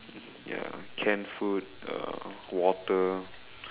ya canned food uh water